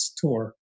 tour